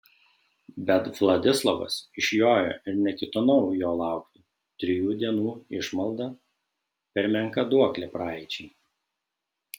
bet vladislovas išjojo ir neketinau jo laukti trijų dienų išmalda per menka duoklė praeičiai